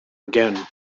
again